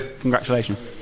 Congratulations